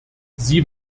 sie